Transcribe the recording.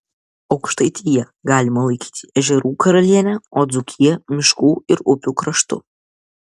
aukštaitiją galima laikyti ežerų karaliene o dzūkiją miškų ir upių kraštu